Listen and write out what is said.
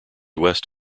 west